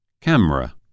Camera